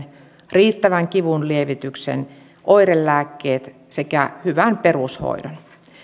riittävän kivunlievityksen oirelääkkeet sekä hyvän perushoidon